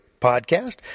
podcast